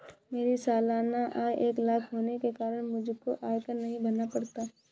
मेरी सालाना आय एक लाख होने के कारण मुझको आयकर नहीं भरना पड़ता